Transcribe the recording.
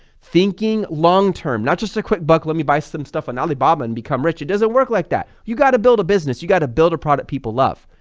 thinking long term not just a quick buck. let me buy some stuff on alibaba and become rich. it doesn't work like that. you got to build a business, you got to build a product people love.